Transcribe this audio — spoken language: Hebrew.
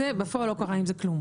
בפועל לא קרה עם זה כלום.